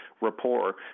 rapport